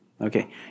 Okay